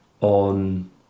on